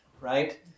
right